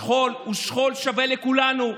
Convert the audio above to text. השכול הוא שכול שווה לכולנו,